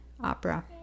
opera